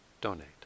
donate